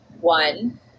one